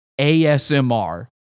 ASMR